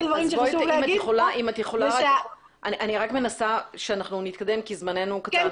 אני רק מנסה להתקדם כי זמננו קצר.